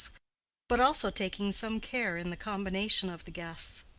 but also taking some care in the combination of the guests,